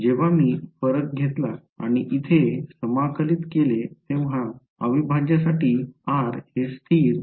जेव्हा मी फरक घेतला आणि येथे समाकलित केले तेव्हा या अविभाज्यतेसाठी r हे स्थिर आहे